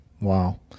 Wow